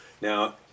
Now